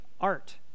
art